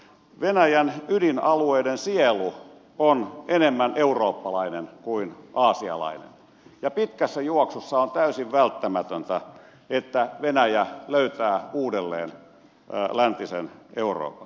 venäjän ydinalueiden sielu on enemmän eurooppalainen kuin aasialainen ja pitkässä juoksussa on täysin välttämätöntä että venäjä löytää uudelleen läntisen euroopan